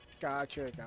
Gotcha